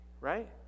right